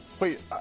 Wait